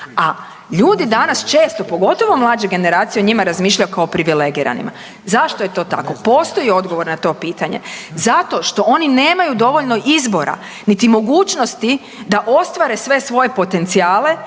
a ljudi danas često pogotovo mlađe generacije o njima razmišljaju kao privilegiranima. Zašto je to tako? Postoji odgovor na to pitanje. Zato što oni nemaju dovoljno izbora niti mogućnosti da ostvare sve svoje potencijale